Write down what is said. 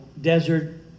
desert